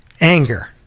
anger